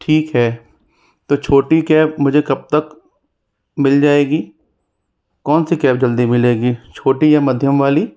ठीक है तो छोटी कैब मुझे कब तक मिल जाएगी कौन सी कैब जल्दी मिलेगी छोटी या मध्यम वाली